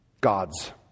gods